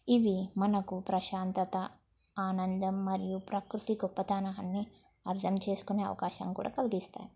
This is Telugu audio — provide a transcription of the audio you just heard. ఇవి మనకు ప్రశాంతత ఆనందం మరియు ప్రకృతి గొప్పతనాన్ని అర్జం చేసుకునే అవకాశం కూడా కలిగిస్తాయయి